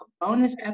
bonus